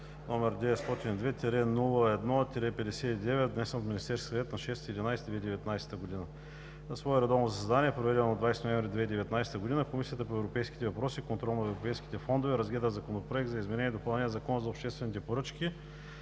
№ 902-01-59, внесен от Министерския съвет на 6 ноември 2019 г. На свое редовно заседание, проведено на 20 ноември 2019 г., Комисията по европейските въпроси и контрол на европейските фондове разгледа Законопроект за изменение и допълнение на Закона за обществените поръчки,